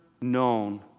known